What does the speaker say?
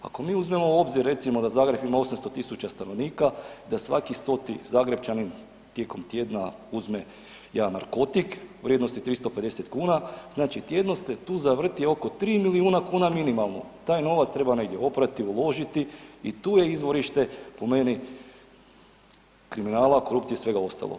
Ako mi uzmemo u obzir recimo da Zagreb ima 800.000 stanovnika i da svaki 100-ti Zagrepčanin tijekom tjedna uzme jedan narkotik vrijednosti 350 kuna znači tjedno se tu zavrti oko 3 milijuna kuna minimalno, taj novac treba negdje oprati, uložiti i tu je izvorište po meni kriminala, korupcije i svega ostalog.